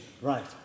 right